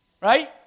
Right